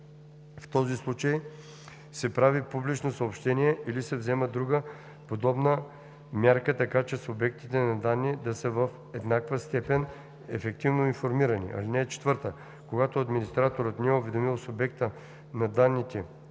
в този случай се прави публично съобщение или се взема друга подобна мярка, така че субектите на данни да са в еднаква степен ефективно информирани. (4) Когато администраторът не е уведомил субекта на данните